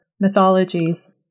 mythologies